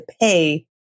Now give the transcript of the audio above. pay